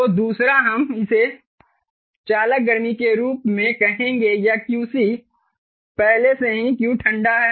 तो दूसरा हम इसे चालक गर्मी के रूप में कहेंगे या QC पहले से ही Q ठंडा है